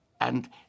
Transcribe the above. And